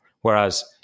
Whereas